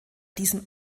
diesem